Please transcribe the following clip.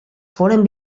foren